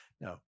no